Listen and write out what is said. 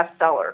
bestseller